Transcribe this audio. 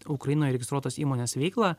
ukrainoje registruotos įmonės veiklą